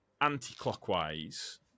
anti-clockwise